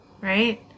right